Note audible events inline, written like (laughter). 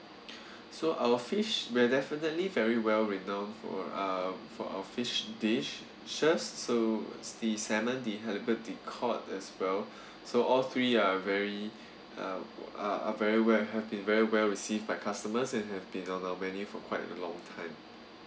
so our fish we're definitely very well renowned for uh for our fish dishes so sea salmon the halibut the cod as well (breath) so all three are very uh are are very where have been very well received by customers and have been on our menu for quite long time